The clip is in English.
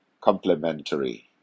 complementary